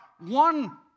one